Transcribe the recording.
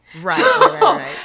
right